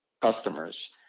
customers